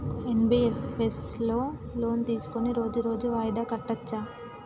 NBFS లో loan తీస్కొని రోజు రోజు వాయిదా కట్టచ్ఛా?